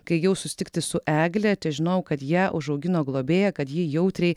kai ėjau susitikti su egle težinojau kad ją užaugino globėja kad ji jautriai